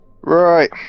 Right